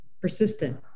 Persistent